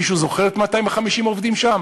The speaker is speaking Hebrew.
מישהו זוכר את 250 העובדים שם?